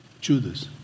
Judas